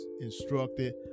instructed